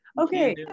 Okay